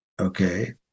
okay